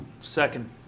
Second